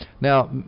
now